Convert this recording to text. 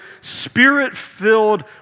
spirit-filled